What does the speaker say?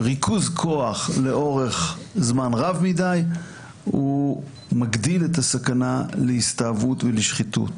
שריכוז כוח לאורך זמן רב מדי מגדיל את הסכנה להסתאבות ולשחיתות.